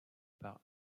par